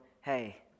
hey